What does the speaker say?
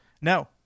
No